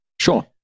sure